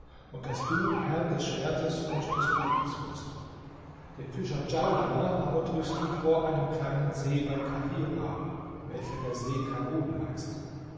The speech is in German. und daß du herr des schwertes und des buches wirst den fischer djaudar aber triffst du vor einem kleinen see bei kahirah welcher der see karun heißt